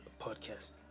podcast